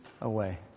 away